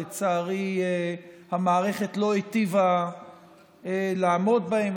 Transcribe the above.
ולצערי המערכת לא היטיבה לעמוד בהם.